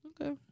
Okay